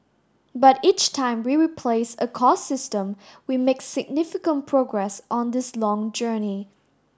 but each time we replace a core system we make significant progress on this long journey